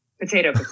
potato